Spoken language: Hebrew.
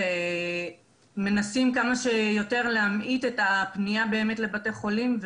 ומנסים כמה שיותר להמעיט את הפנייה לבתי חולים,